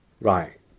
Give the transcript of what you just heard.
Right